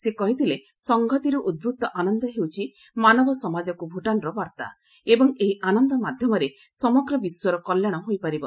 ସେ କହିଥିଲେ ସଂହତିରୁ ଉଦ୍ବୃତ୍ତ ଆନନ୍ଦ ହେଉଛି ମାନବ ସମାଜକୁ ଭୂଟାନ୍ର ବାର୍ତ୍ତା ଏବଂ ଏହି ଆନନ୍ଦ ମାଧ୍ୟମରେ ସମଗ୍ର ବିଶ୍ୱର କଲ୍ୟାଣ ହୋଇପାରିବ